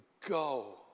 go